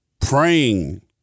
praying